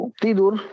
tidur